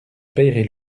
paierai